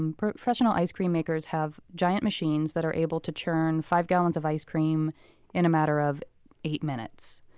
um professional ice cream makers have giant machines that are able to church five gallons of ice cream in a matter of eight minutes,